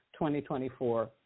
2024